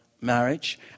marriage